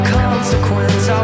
consequence